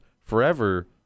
forever